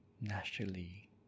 naturally